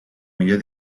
millor